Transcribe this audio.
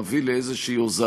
נביא לאיזו הוזלה,